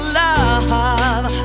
love